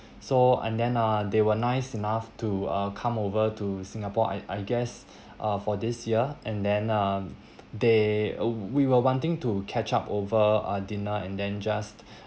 so and then uh they were nice enough to uh come over to singapore I I guess uh for this year and then um they w~ we were wanting to catch up over uh dinner and then just